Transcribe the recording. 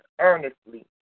earnestly